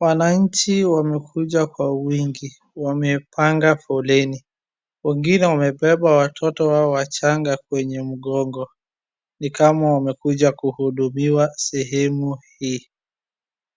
Wananchi wamekuja kwa wingi wamepanga foleni, wengine wamebeba watoto wao wachanga kwenye mgongo, ni kama wamekuja kuhudumiwa sehemu hii,